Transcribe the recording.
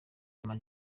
ama